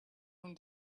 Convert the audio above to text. own